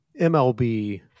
mlb